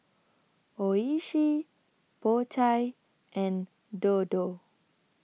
Oishi Po Chai and Dodo